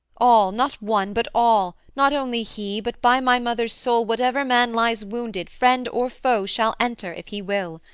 all, not one, but all, not only he, but by my mother's soul, whatever man lies wounded, friend or foe, shall enter, if he will.